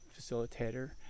facilitator